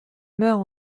meurt